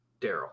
Daryl